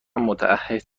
متعهد